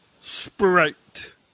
Sprite